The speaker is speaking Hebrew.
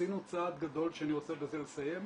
ועשינו צעד גדול, בזה אני אסיים,